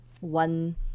one